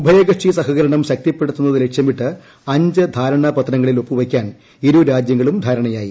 ഉഭയകക്ഷി സഹകരണം ശക്തിപ്പെടുത്തുന്നത് ലക്ഷ്യമിട്ട് അഞ്ച് ധാരണാ പത്രങ്ങളിൽ ഒപ്പു വയ്ക്കാൻ ഇരുരാജ്യങ്ങളും ധാരണയായി